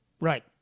Right